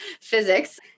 physics